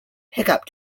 pickup